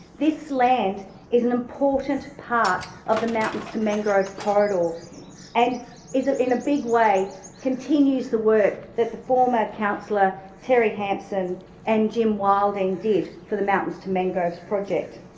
this land is an important part of the mountains to mangroves corridor and ah in a big way continues the work that the former councillor terry hampson and jim wilding did for the mountains to mangroves project.